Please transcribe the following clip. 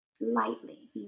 lightly